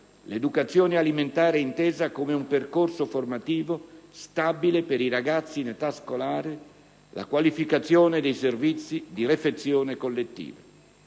l'educazione alimentare intesa come un percorso formativo stabile per i ragazzi in età scolare, la qualificazione dei servizi di refezione collettiva.